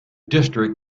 district